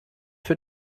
für